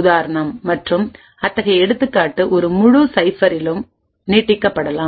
உதாரணம் மற்றும் அத்தகைய எடுத்துக்காட்டு ஒரு முழு சைஃபரிலும் நீட்டிக்கப்படலாம்